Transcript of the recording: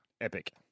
Epic